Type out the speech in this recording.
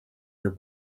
your